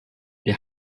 der